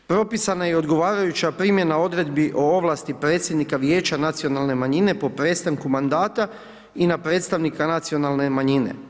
Propisana je i odgovarajuća primjena odredbi o ovlasti predsjednika vijeća nacionalne manjine po prestanku mandata i na predstavnika nacionalne manjine.